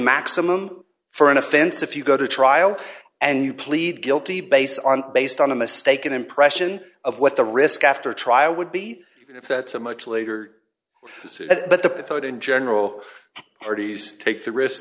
maximum for an offense if you go to trial and you plead guilty based on based on a mistaken impression of what the risk after trial would be if that's a much later but the thought in general artie's take the risk